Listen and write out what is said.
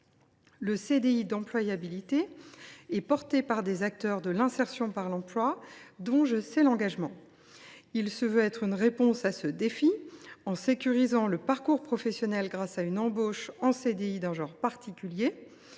Le CDIE est porté par des acteurs de l’insertion par l’emploi, dont je sais l’engagement. Il se veut une réponse à ce défi, en sécurisant le parcours professionnel grâce à une embauche en CDI d’un genre particulier.